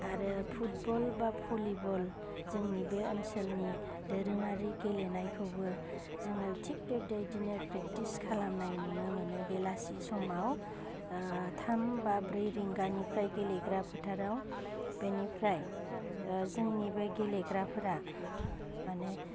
आरो पुटबल बा भलिबल जोंनि बे ओनसोलनि दोरोङारि गेलेनायखौबो जोङो थिक बे दैदिनाय प्रेकटिस खालामनाय नुनो मोनो बेलासि समाव थाम बा ब्रै रिंगानिफ्राइ गेलेग्रा फोथाराव बेनिफ्राइ जोंनि बे गेलेग्राफोरा माने